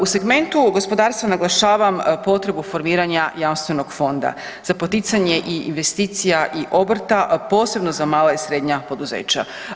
U segmentu gospodarstva naglašavam potrebu formiranja jamstvenog fonda za poticanje i investicija i obrta, posebno za mala i srednja poduzeća.